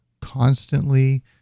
constantly